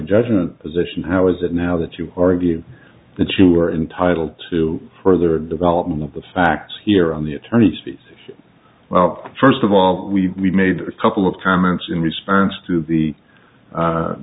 judgment position how is it now that you argue that you are entitled to further development of the facts here on the attorney's fees well first of all we made a couple of comments in